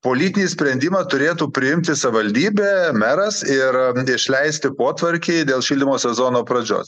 politinį sprendimą turėtų priimti savivaldybė meras ir išleisti potvarkį dėl šildymo sezono pradžios